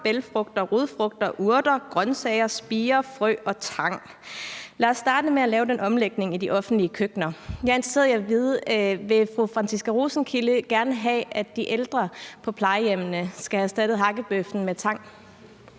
bælgfrugter, rodfrugter, urter, grøntsager, spirer, frø og tang. Lad os starte med at lave den omlægning i de offentlige køkkener.« Jeg er interesseret i at vide: Vil fru Franciska Rosenkilde gerne have, at de ældre på plejehjemmene skal have erstattet hakkebøffen med tang?